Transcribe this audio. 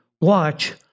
Watch